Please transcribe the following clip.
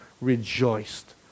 rejoiced